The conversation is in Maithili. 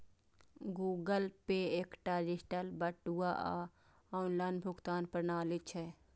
गूगल पे एकटा डिजिटल बटुआ आ ऑनलाइन भुगतान प्रणाली छियै